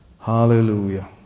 Hallelujah